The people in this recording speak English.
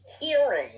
hearing